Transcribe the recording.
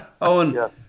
Owen